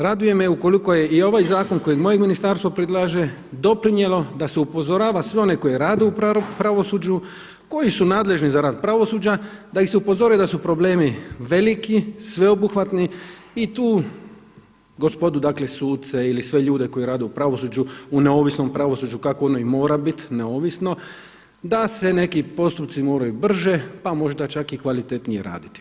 Raduje me ukoliko je i ovaj zakon kojeg moje ministarstvo predlaže doprinijelo da se upozorava sve one koji rade u pravosuđu, koji su nadležni za rad pravosuđa, da ih se upozore da su problemi veliki, sveobuhvatni i tu gospodu, dakle suce ili sve ljude koji rade u pravosuđu, u neovisnom pravosuđu kako ono i mora bit neovisno, da se neki postupci moraju brže, pa možda čak i kvalitetnije raditi.